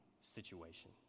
situation